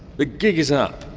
the gig is up,